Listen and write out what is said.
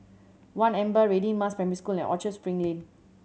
One Amber Radin Mas Primary School and Orchard Spring Lane